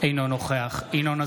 אינו נוכח ינון אזולאי,